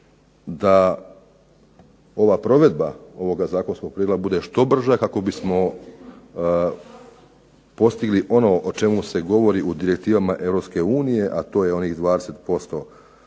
da ova provedba ovoga zakonskog prijedloga bude što brža kako bismo postigli ono o čemu se govori u direktivama Europske unije a to je onih 20%